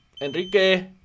Enrique